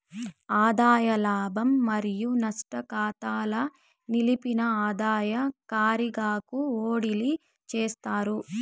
ఆదాయ లాభం మరియు నష్టం కాతాల నిలిపిన ఆదాయ కారిగాకు ఓడిలీ చేస్తారు